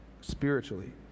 spiritually